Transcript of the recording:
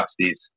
justice